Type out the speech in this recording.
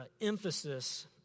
emphasis